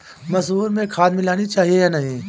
मसूर में खाद मिलनी चाहिए या नहीं?